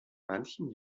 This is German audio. manchen